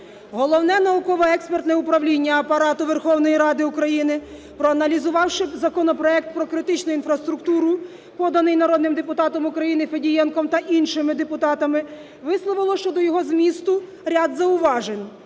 Головне науково-експертне управління Апарату Верховної Ради України, проаналізувавши законопроект про критичну інфраструктуру, поданий народним депутатом України Федієнком та іншими депутатами, висловило щодо його змісту ряд зауважень,